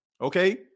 Okay